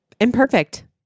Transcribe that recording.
imperfect